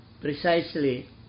precisely